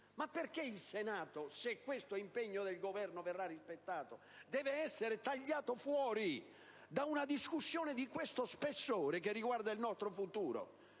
Perché il Senato, se questo impegno del Governo verrà rispettato, deve essere tagliato fuori da una discussione di un certo spessore che riguarda il nostro futuro,